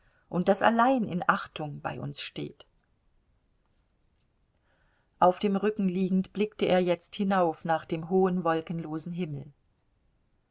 und das allein in achtung bei uns steht auf dem rücken liegend blickte er jetzt hinauf nach dem hohen wolkenlosen himmel